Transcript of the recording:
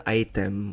item